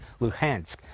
Luhansk